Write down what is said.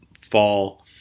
fall